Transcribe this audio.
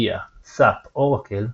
Oracle,